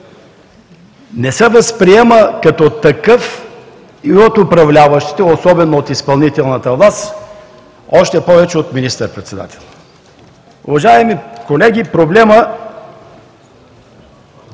не се възприема като такъв и от управляващите, особено от изпълнителната власт, още повече от министър-председателя. Уважаеми колеги, проблемът